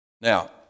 Now